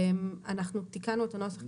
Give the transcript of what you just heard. אנחנו תיקנו את הנוסח.